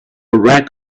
wreck